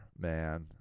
man